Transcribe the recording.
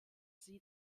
sie